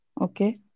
Okay